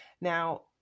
Now